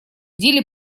деле